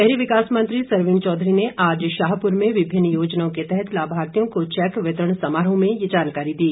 शहरी विकास मंत्री सरवीण चौधरी ने आज शाहपुर में विभिन्न योजनाओं के तहत लाभार्थियों को चैक वितरण समारोह में ये जानकारी दी